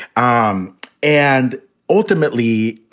um and ultimately,